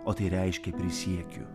o tai reiškia prisiekiu